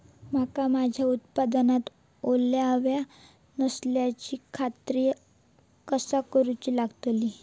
मका माझ्या उत्पादनात ओलावो नसल्याची खात्री कसा करुची लागतली?